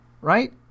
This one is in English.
Right